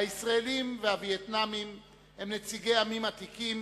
הישראלים והווייטנאמים הם נציגי עמים עתיקים